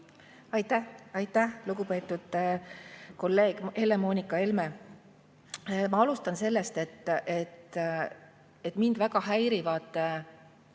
Aitäh! Aitäh, lugupeetud kolleeg Helle‑Moonika Helme! Ma alustan sellest, et mind väga häirivad